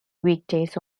weekdays